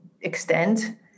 extend